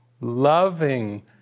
loving